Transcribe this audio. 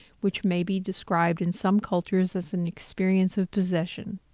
which may be described in some cultures as an experience of possession.